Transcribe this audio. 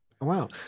Wow